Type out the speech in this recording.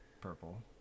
purple